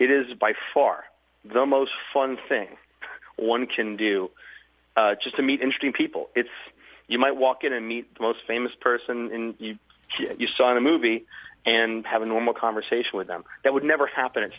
it is by far the most fun thing one can do just to meet interesting people it's you might walk in and meet the most famous person you saw in a movie and have a normal conversation with them that would never happen